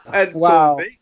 Wow